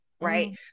Right